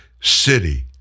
city